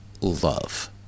love